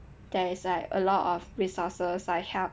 there is like a lot of resources like help